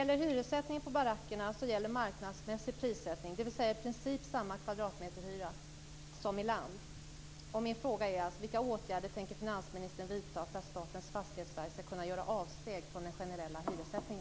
Vid hyressättning på barackerna gäller marknadsmässig prissättning, dvs. i princip samma kvadratmeterhyra som i land.